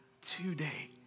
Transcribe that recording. today